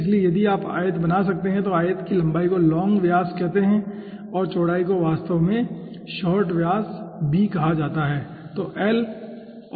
इसलिए यदि आप आयत बना सकते हैं तो आयत की लंबाई को लॉन्ग व्यास l कहा जाता है और चौड़ाई को वास्तव में शार्ट व्यास b कहा जाता है ठीक है